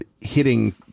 hitting